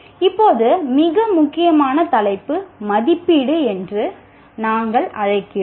இப்போது மிக முக்கியமான தலைப்பு மதிப்பீடு என்று நாங்கள் அழைக்கிறோம்